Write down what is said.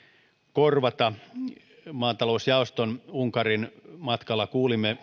korvata maatalousjaoston unkarin matkalla kuulimme